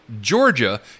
Georgia